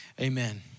Amen